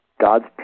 God's